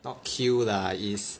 not kill lah is